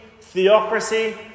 theocracy